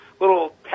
little